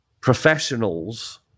professionals